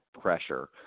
pressure